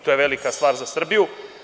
To je velika stvar za Srbiju.